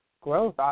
growth